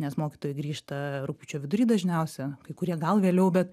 nes mokytojai grįžta rugpjūčio vidury dažniausia kai kurie gal vėliau bet